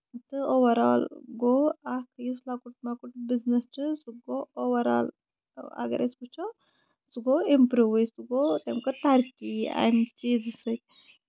overall گوٚو اکھ یُس لۄکُٹ مۄکُٹ بِزنِس چھُ سُہ گوٚو اوٚورآل اَگر أسۍ وٕچھو سُہ گوٚو اِمپروٗوٕے سۄ گوٚو تٔمۍ کٔر ترقی اَمہِ چیٖزٕ سۭتۍ